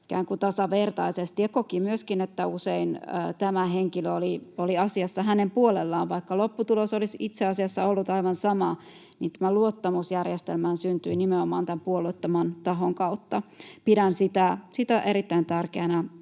ikään kuin tasavertaisesti ja koki myöskin, että usein tämä henkilö oli asiassa hänen puolellaan. Vaikka lopputulos olisi itse asiassa ollut aivan sama, niin tämä luottamus järjestelmään syntyi nimenomaan tämän puolueettoman tahon kautta. Pidän sitä erittäin tärkeänä